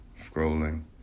scrolling